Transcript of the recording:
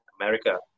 America